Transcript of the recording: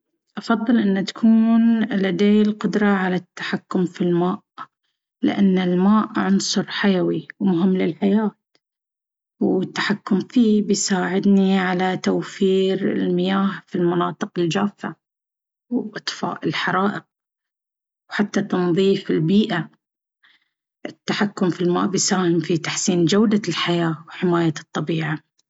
أفضل أن تكون لدي القدرة على التحكم في الماء. لأن الماء عنصر حيوي ومهم للحياة، والتحكم فيه بيساعدني على توفير المياه في المناطق الجافة، وإطفاء الحرائق، وحتى تنظيف البيئة. التحكم في الماء بيساهم في تحسين جودة الحياة وحماية الطبيعة.